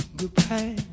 goodbye